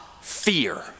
fear